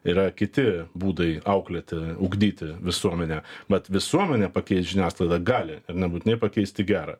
yra kiti būdai auklėti ugdyti visuomenę vat visuomenė pakeist žiniasklaidą gali ir nebūtinai pakeist į gera